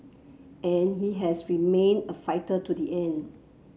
and he has remained a fighter to the end